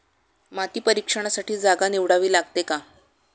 माती परीक्षणासाठी जागा निवडावी लागते का?